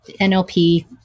nlp